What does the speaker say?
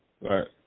Right